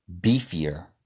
beefier